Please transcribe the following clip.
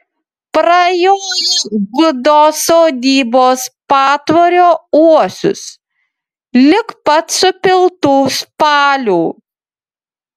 prajoja gudo sodybos patvorio uosius lig pat supiltų spalių